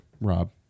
Rob